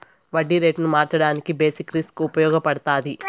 వడ్డీ రేటును మార్చడానికి బేసిక్ రిస్క్ ఉపయగపడతాది